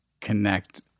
connect